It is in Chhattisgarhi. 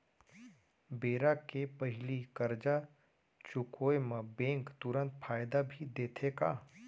बेरा के पहिली करजा चुकोय म बैंक तुरंत फायदा भी देथे का?